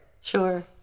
Sure